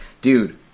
dude